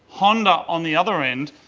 honda on the other end.